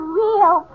real